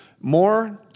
more